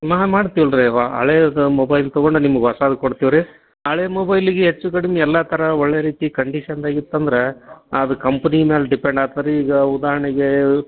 ನ ಹಾಂ ಮಾಡ್ತೀವಲ್ಲ ರೀ ಅವು ಹಳೆದು ಮೊಬೈಲ್ ತೊಗೊಂಡು ನಿಮಗೆ ಹೊಸದು ಕೊಡ್ತೀವಿ ರೀ ಹಳೆಯ ಮೊಬೈಲಿಗೆ ಹೆಚ್ಚು ಕಡಿಮೆ ಎಲ್ಲ ಥರ ಒಳ್ಳೆಯ ರೀತಿ ಕಂಡೀಷನ್ನಾಗೆ ಇತ್ತು ಅಂದ್ರೆ ಅದು ಕಂಪ್ನಿ ಮೇಲ್ ಡಿಪೆಂಡ್ ಆಗ್ತ್ ರೀ ಈಗ ಉದಾಹರ್ಣೆಗೆ